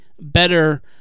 better